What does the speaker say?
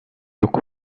yok